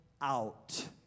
out